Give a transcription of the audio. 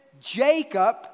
Jacob